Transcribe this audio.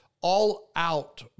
all-out